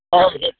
okay